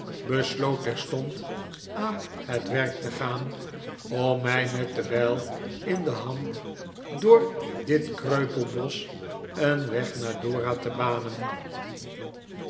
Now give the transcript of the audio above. besloot terstond aan het werk te gaan om mij met de bijl in de hand door dit kreupelbosch een weg naar dora te banen